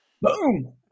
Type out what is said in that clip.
Boom